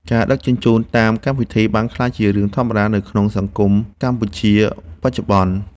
ការដឹកជញ្ជូនតាមកម្មវិធី បានក្លាយជារឿងធម្មតានៅក្នុងសង្គមកម្ពុជាបច្ចុប្បន្ន។